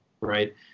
right